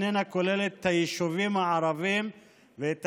גם איננה כוללת את היישובים הערביים ואת